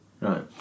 Right